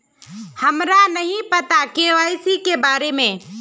हमरा नहीं पता के.वाई.सी के बारे में?